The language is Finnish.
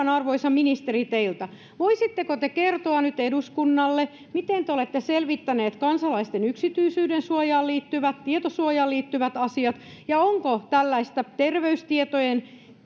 arvoisa ministeri teiltä voisitteko te kertoa nyt eduskunnalle miten te olette selvittäneet kansalaisten yksityisyydensuojaan liittyvät tietosuojaan liittyvät asiat ja onko tällaista terveystietojen